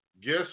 guess